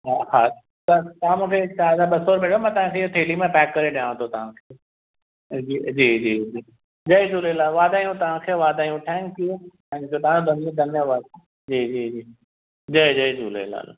हा हा त तव्हां मूंखे चारि हज़ार ॿ सौ रुपया ॾियो मां तव्हांखे इहा थैली में पैक करे ॾियाव थो तव्हांखे जी जी जी जय झूलेलाल वाधायूं तव्हांखे वाधायूं थैंक्यू थैंक्यू तव्हांजो धन्य धन्यवाद जी जी जय जय झूलेलाल